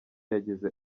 yagize